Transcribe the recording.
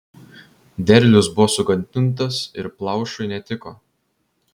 derlius buvo sugadintas ir plaušui netiko